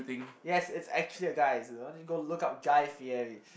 yes it's actually a guy it's go to look up Guy-Fieri